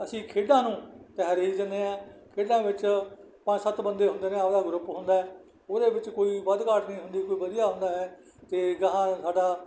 ਅਸੀਂ ਖੇਡਾਂ ਨੂੰ ਤਰਜ਼ੀਹ ਦਿੰਦੇ ਹਾਂ ਖੇਡਾਂ ਵਿੱਚ ਪੰਜ ਸੱਤ ਬੰਦੇ ਹੁੰਦੇ ਨੇ ਆਪਣਾ ਗਰੁੱਪ ਹੁੰਦਾ ਉਹਦੇ ਵਿੱਚ ਕੋਈ ਵੱਧ ਘਾਟ ਨਹੀਂ ਹੁੰਦੀ ਕੋਈ ਵਧੀਆ ਹੁੰਦਾ ਹੈ ਅਤੇ ਅਗਾਂਹ ਸਾਡਾ